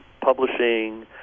Publishing